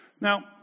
Now